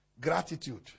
gratitude